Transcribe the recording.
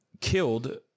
killed